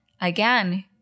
again